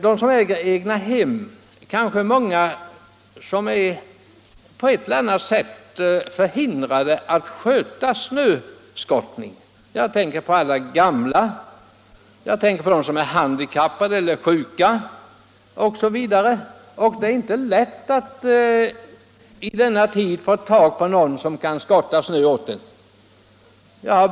De som äger egnahem är i många fall på ett eller annat sätt förhindrade att sköta snöskottningen själva. Det kan gälla gamla, handikappade, sjuka osv. Det är nu för tiden inte heller lätt att få tag på någon annan person som kan sköta snöskottningen.